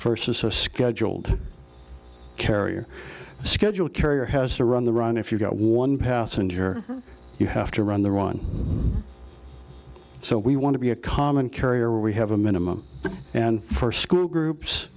as a scheduled carrier a schedule carrier has to run the run if you've got one passenger you have to run the run so we want to be a common carrier we have a minimum and for school groups